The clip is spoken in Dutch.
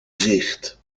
zicht